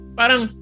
parang